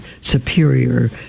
superior